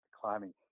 climbing